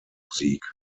musik